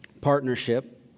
partnership